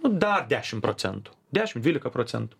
nu dar dešimt procentų dešimt dvylika procentų